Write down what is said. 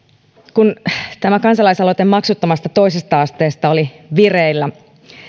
kun tämä kansalaisaloite maksuttomasta toisesta asteesta oli vireillä